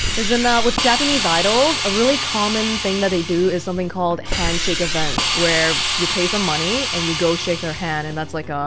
and with japanese idols, a really common thing that they do is something called handshake events where you pay some money and you go shake their hand and that's like, ah,